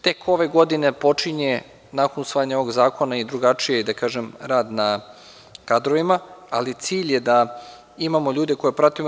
Tek ove godine, nakon usvajanja ovog zakona, počinje i drugačiji rad na kadrovima, ali cilj je da imamo ljude koje pratimo.